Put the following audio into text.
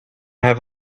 have